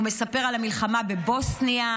הוא מספר על המלחמה בבוסניה.